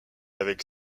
avec